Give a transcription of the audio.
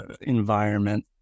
environment